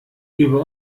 über